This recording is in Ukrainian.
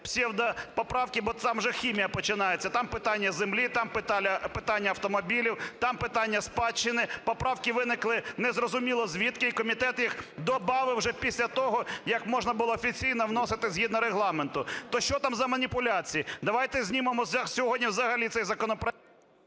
псевдопоправки, бо там вже хімія починається: там питання землі, там питання автомобілів, там питання спадщини. Поправки виникли незрозуміло звідки, і комітет їх добавив вже після того, як можна було офіційно вносити згідно Регламенту. То що там за маніпуляції? Давайте знімемо сьогодні взагалі цей законопроект...